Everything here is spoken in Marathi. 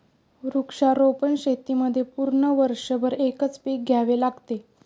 वृक्षारोपण शेतीमध्ये पूर्ण वर्षभर एकच पीक घ्यावे लागते